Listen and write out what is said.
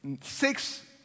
six